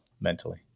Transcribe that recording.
mentally